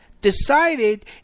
decided